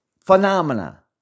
Phenomena